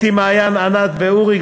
אתי, מעיין ענת ואורי.